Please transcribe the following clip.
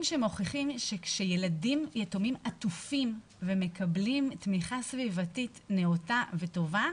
שמוכיחים שכאשר ילדים יתומים עטופים ומקבלים תמיכה סביבתית נאותה וטובה,